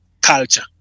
culture